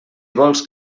vols